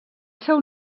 seu